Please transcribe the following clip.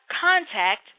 contact